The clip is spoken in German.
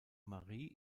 marie